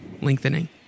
lengthening